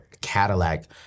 Cadillac